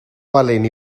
valent